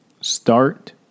start